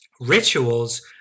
rituals